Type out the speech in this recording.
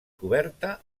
coberta